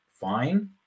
fine